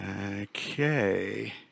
Okay